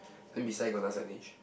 then beside got another signage